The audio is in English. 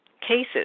cases